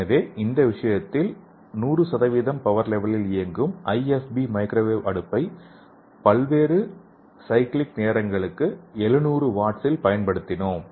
எனவே இந்த விஷயத்தில் 100 பவர் லெவலில் இயங்கும் IFB மைக்ரோவேவ் அடுப்பை வெவ்வேறு சைக்கிளிக் நேரங்களுக்கு 700 வாட்சில் பயன்படுத்தினோம்